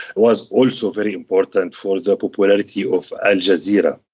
was also very important for the popularity of al jazeera.